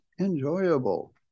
enjoyable